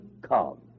come